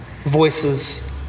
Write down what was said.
voices